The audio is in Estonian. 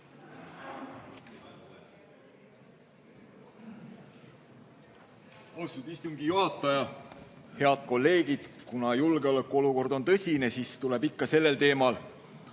istungi juhataja! Head kolleegid! Kuna julgeolekuolukord on tõsine, siis tuleb ikka sellel teemal